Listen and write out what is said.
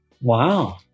Wow